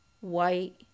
white